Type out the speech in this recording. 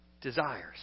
desires